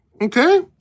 okay